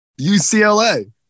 UCLA